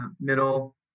middle